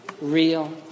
real